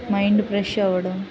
mind fresh అవ్వడం